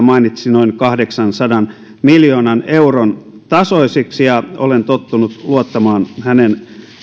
mainitsi noin kahdeksansadan miljoonan tasoisiksi ja olen tottunut luottamaan hänen